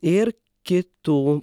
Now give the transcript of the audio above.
ir kitų